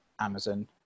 Amazon